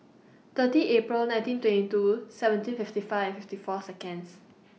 thirty April nineteen twenty two seventeen fifty five fifty four Seconds